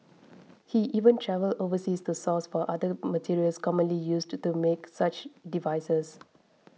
he even travelled overseas to source for other materials commonly used to make such devices